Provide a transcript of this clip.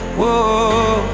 whoa